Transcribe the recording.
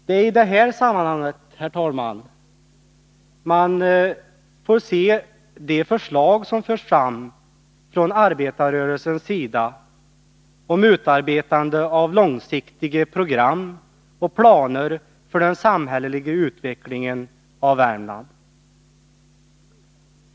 Det är i detta sammanhang, herr talman, man får se de förslag som förs fram från arbetarrörelsens sida om utarbetande av långsiktiga program och planer för den samhälleliga utvecklingen av Värmland.